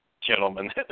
gentlemen